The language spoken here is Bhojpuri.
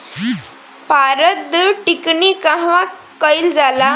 पारद टिक्णी कहवा कयील जाला?